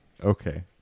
Okay